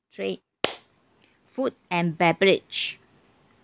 three food and beverage